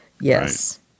Yes